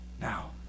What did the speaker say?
Now